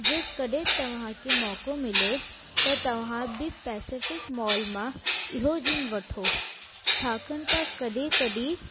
जेकॾहिं तव्हां खे मौक़ो मिले त तव्हां बि पेसेफ़िक मॉल मां इहो जीन वठो छाकणि त कॾहिं कॾहिं